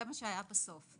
זה מה שהיה בסוף.